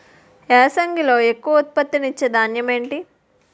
యాసంగిలో ఎక్కువ ఉత్పత్తిని ఇచే ధాన్యం ఏంటి?